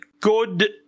good